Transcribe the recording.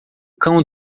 cão